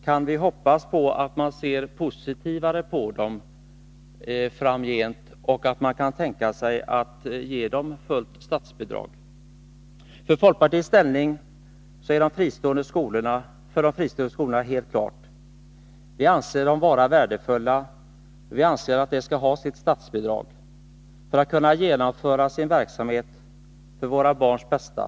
Kan vi hoppas på att man ser mera positivt på dem framgent och att man kan tänka sig att ge dem fullt statsbidrag? Folkpartiets inställning till de fristående skolorna är helt klar. Vi anser dem vara värdefulla, vi anser att de skall ha sitt statsbidrag för att kunna genomföra sin verksamhet för våra barns bästa.